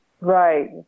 Right